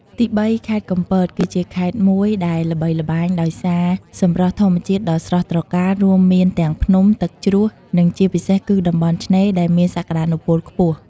ទីបី ខេត្តកំពត គឺជាខេត្តមួយដែលល្បីល្បាញដោយសារសម្រស់ធម្មជាតិដ៏ស្រស់ត្រកាល រួមមានទាំងភ្នំ ទឹកជ្រោះ និងជាពិសេសគឺតំបន់ឆ្នេរដែលមានសក្ដានុពលខ្ពស់។